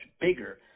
bigger